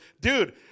dude